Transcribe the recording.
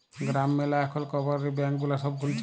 গ্রাম ম্যালা এখল cooperative bank গুলা সব খুলছে